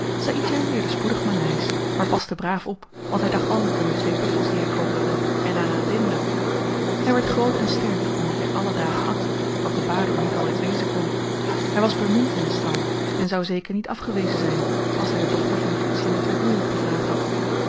saïdjah leerde spoedig maleisch maar paste braaf op want hy dacht altyd aan de twee buffels die hy koopen wilde en aan adinda hy werd groot en sterk omdat hy alle dagen at wat te badoer niet altyd wezen kon hy was bemind in den stal en zou zeker niet afgewezen zyn als hy de dochter van den koetsier ten huwelyk gevraagd had